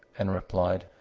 and replied,